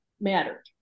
mattered